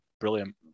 brilliant